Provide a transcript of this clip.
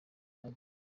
bari